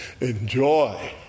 enjoy